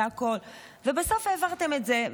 ובסוף העברתם את זה,